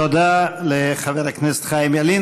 תודה לחבר הכנסת חיים ילין.